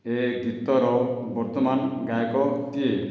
ଏ ଗୀତର ବର୍ତ୍ତମାନ ଗାୟକ କିଏ